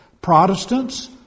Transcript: Protestants